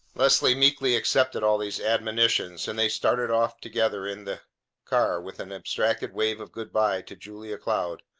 leslie meekly accepted all these admonitions, and they started off together in the car with an abstracted wave of good-by to julia cloud,